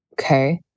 Okay